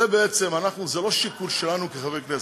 זה לא שיקול שלנו כחברי כנסת.